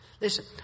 Listen